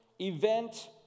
event